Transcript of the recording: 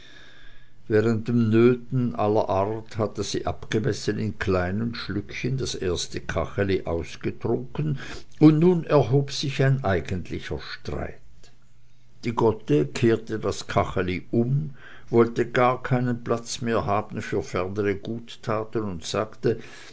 während dem nöten aller art hatte sie abgemessen in kleinen schlücken das erste kacheli ausgetrunken und nun erhob sich ein eigentlicher streit die gotte kehrte das kacheli um wollte gar keinen platz mehr haben für fernere guttaten und sagte